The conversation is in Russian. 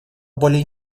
более